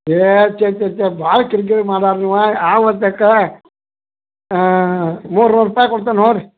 ಏಯ್ ಛೇ ಛೇ ಛೇ ಭಾಳ ಕಿರಿಕಿರಿ ಮಾಡೋರ್ ನೀವು ಅವತ್ತೆಕ್ಕ ಮೂರ್ನೂರು ರೂಪಾಯಿ ಕೊಡ್ತೇನೆ ನೋಡಿರಿ